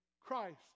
Christ